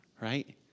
right